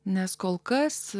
nes kol kas